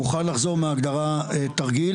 מוכן לחזור מההגדרה "תרגיל".